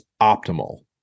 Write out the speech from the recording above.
optimal